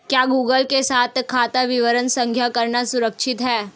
क्या गूगल के साथ खाता विवरण साझा करना सुरक्षित है?